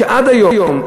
שעד היום,